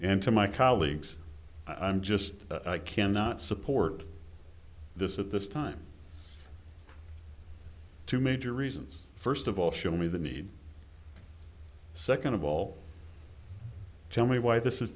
and to my colleagues i'm just i cannot support this at this time two major reasons first of all show me the need second of all tell me why this is